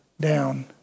down